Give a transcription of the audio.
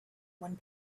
one